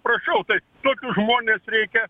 prašau tai tokius žmones reikia